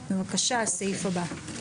הסעיף אושר בבקשה הסעיף הבא.